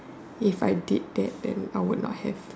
if I did that then I would not have